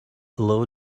low